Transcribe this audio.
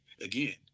again